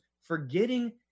forgetting